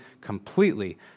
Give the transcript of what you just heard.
completely